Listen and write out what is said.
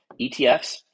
ETFs